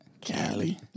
Cali